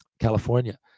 California